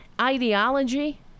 ideology